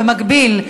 ובמקביל,